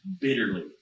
bitterly